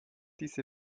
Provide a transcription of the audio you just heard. diese